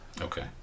Okay